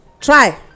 try